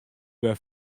wer